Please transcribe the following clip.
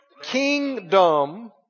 kingdom